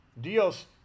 Dios